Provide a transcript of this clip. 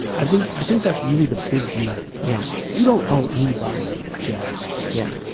i think i think that's really the big deal. yeah. you don't owe anybody. jack. yeah.